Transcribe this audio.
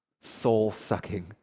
soul-sucking